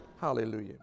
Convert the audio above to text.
Hallelujah